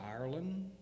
ireland